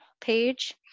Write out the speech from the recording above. page